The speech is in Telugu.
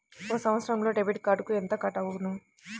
ఒక సంవత్సరంలో డెబిట్ కార్డుకు ఎంత కట్ అగును?